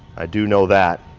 i do know that,